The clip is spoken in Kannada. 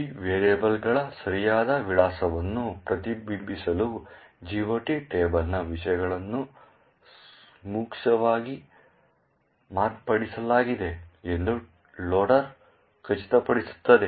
ಈ ವೇರಿಯೇಬಲ್ಗಳ ಸರಿಯಾದ ವಿಳಾಸವನ್ನು ಪ್ರತಿಬಿಂಬಿಸಲು GOT ಟೇಬಲ್ನ ವಿಷಯಗಳನ್ನು ಸೂಕ್ತವಾಗಿ ಮಾರ್ಪಡಿಸಲಾಗಿದೆ ಎಂದು ಲೋಡರ್ ಖಚಿತಪಡಿಸುತ್ತದೆ